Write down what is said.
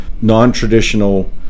non-traditional